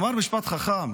הוא אמר משפט חכם.